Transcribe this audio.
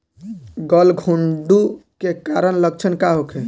गलघोंटु के कारण लक्षण का होखे?